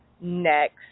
next